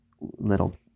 little